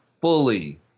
fully